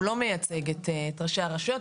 הוא לא מייצג את ראשי הרשויות.